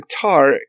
guitar